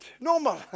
normal